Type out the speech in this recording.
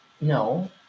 No